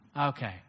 okay